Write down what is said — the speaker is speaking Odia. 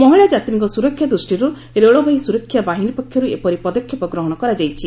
ମହିଳାଯାତ୍ରୀଙ୍କ ସୁରକ୍ଷା ଦୃଷ୍ଟିରୁ ରେଳବାଇ ସୁରକ୍ଷା ବାହିନୀ ପକ୍ଷରୁ ଏପରି ପଦକ୍ଷେପ ଗ୍ରହଣ କରାଯାଇଛି